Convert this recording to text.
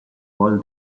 call